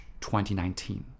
2019